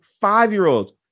five-year-olds